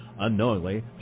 Unknowingly